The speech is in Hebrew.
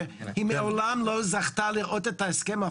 שהיא מעולם לא זכתה לראות את ההסכם,